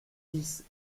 dix